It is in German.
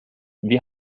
was